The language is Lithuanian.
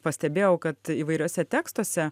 pastebėjau kad įvairiuose tekstuose